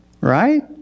right